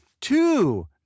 two